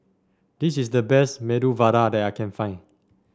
this is the best Medu Vada that I can find